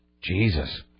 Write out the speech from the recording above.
Jesus